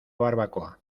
barbacoa